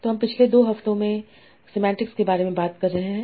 तो हम पिछले 2 हफ्तों से सेमांटिक्स के बारे में बात कर रहे हैं